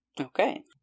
Okay